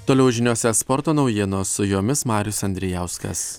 toliau žiniose sporto naujienos su jomis marius andrijauskas